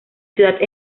ciudad